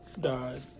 died